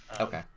Okay